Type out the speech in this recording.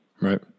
right